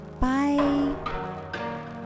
Bye